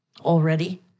already